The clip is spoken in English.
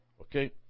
Okay